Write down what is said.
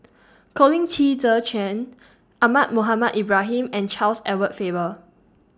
Colin Qi Zhe Quan Ahmad Mohamed Ibrahim and Charles Edward Faber